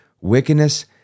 wickedness